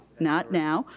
not now,